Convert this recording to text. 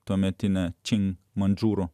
tuometinė čing mandžiūrų